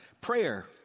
prayer